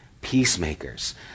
Peacemakers